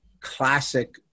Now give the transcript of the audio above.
classic